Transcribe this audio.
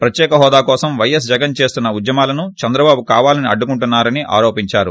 ప్రత్యేక హోదా కోసం పైఎస్ జగన్ చేసిన ఉద్యమాలను చంద్రబాబు కావాలని అడ్డుకున్నారన ఆరోపించారు